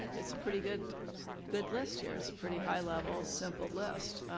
it's a pretty good good list here. it's a pretty high level, simple list